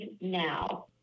Now